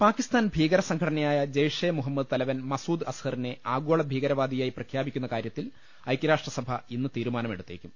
പാക്കിസ്ഥാൻ ഭീകര സംഘടനയായ ജെയ്ഷെ മുഹമ്മദ് തല വൻ മസൂദ് അസ്ഹറിനെ ആഗോള ഭൂീകരവാദിയായി പ്രഖ്യാപി ക്കുന്ന കാര്യത്തിൽ ഐക്യരാഷ്ട്രസ്ഭ ഇന്ന് തീരുമാനമെടുത്തേ ക്കും